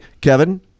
Kevin